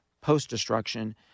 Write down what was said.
post-destruction